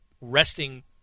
resting –